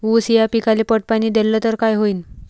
ऊस या पिकाले पट पाणी देल्ल तर काय होईन?